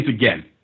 again